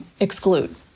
exclude